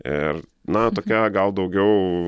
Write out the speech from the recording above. ir na tokia gal daugiau